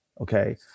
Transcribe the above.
okay